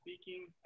speaking